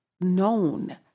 known